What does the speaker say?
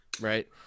right